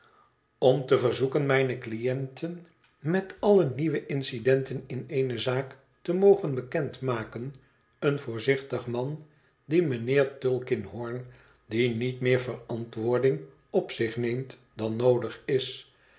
om te verzoeken mijne cliënten met alle nieuwe incidenten in eene zaak te mogen bekend maken een voorzichtig man die mijnheer tulkinghorn die niet meer verantwoording op zich neemt dan noodig is